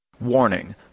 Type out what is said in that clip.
Warning